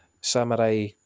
samurai